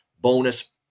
bonus